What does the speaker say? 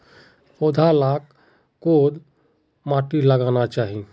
पौधा लाक कोद माटित लगाना चही?